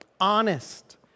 Honest